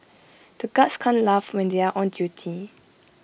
the guards can't laugh when they are on duty